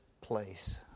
place